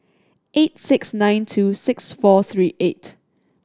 eight six nine two six four three eight